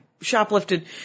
shoplifted